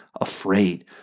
afraid